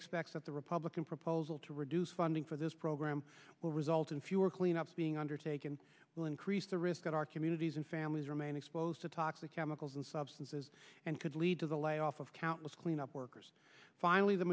expects that the republican proposal to reduce funding for this program will result in fewer cleanups being undertaken will increase the risk that our communities and families remain exposed to toxic chemicals and substances and could lead to the layoff of countless cleanup workers finally the